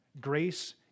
grace